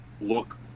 look